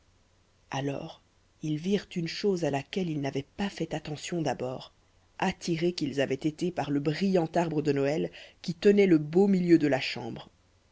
alors ils virent une chose à laquelle ils n'avaient pas fait attention d'abord attirés qu'ils avaient été par le brillant arbre de noël qui tenait le beau milieu de la chambre